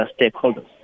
stakeholders